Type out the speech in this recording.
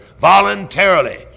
voluntarily